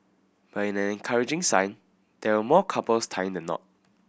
but in an encouraging sign there were more couples tying the knot